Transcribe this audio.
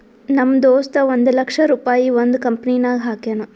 ನಮ್ ದೋಸ್ತ ಒಂದ್ ಲಕ್ಷ ರುಪಾಯಿ ಒಂದ್ ಕಂಪನಿನಾಗ್ ಹಾಕ್ಯಾನ್